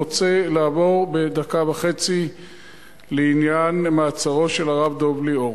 אני רוצה לעבור בדקה וחצי לעניין מעצרו של הרב דב ליאור.